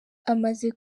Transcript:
amaze